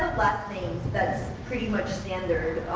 last names that's pretty much standard,